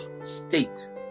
state